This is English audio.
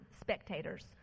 spectators